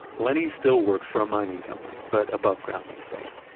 lennie still works for a mining company, but above ground these days.